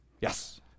Yes